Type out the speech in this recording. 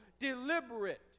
deliberate